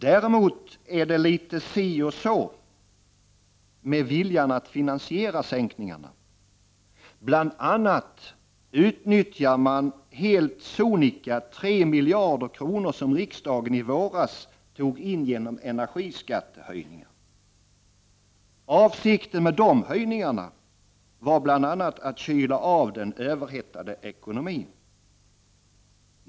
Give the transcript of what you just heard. Däremot är det litet si och så med viljan att finansiera sänkningarna. Bl.a. utnyttjar man helt sonika 3 miljarder kronor som riksdagen i våras tog in genom energiskattehöjningar. Avsikten med dessa höjningar var bl.a. att kyla av den överhettade ekonomin.